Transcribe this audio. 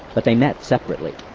but they met separately.